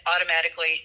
automatically